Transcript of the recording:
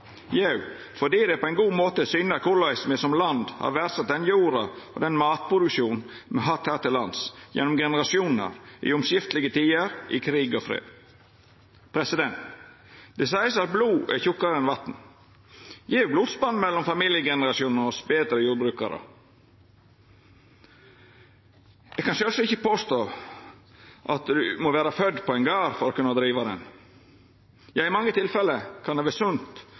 Jau, fordi det på ein god måte syner korleis me som land har verdsett den jorda og den matproduksjonen me har hatt her til lands, gjennom generasjonar, i omskiftelege tider, i krig og fred. Det seiest at blod er tjukkare enn vatn. Gjev blodsband mellom familiegenerasjonar oss betre jordbrukarar? Eg kan sjølvsagt ikkje påstå at ein må vera fødd på ein gard for å kunna driva han. I mange tilfelle kan det vera sunt